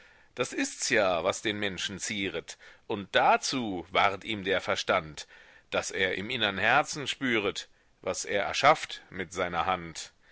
das ists ja was den menschen zieret und dazu ward ihm der verstand daß er im innern herzen spüret was er erschafft mit seiner hand